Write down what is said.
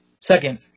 Second